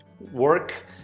work